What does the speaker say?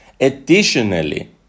Additionally